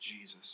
Jesus